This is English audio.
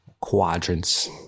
quadrants